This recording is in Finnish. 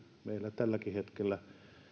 meillä tälläkin hetkellä